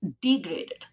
degraded